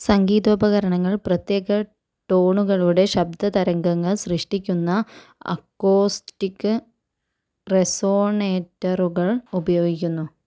സംഗീതോപകരണങ്ങൾ പ്രത്യേക ടോണുകളുടെ ശബ്ദ തരംഗങ്ങൾ സൃഷ്ടിക്കുന്ന അക്കോസ്റ്റിക് റെസൊണേറ്ററുകൾ ഉപയോഗിക്കുന്നു